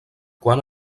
quan